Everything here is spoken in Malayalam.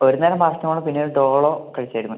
ഒരു നേരം പാരസെറ്റാമോളും പിന്നെ ഒരു ഡോളോ കഴിച്ചായിരുന്നു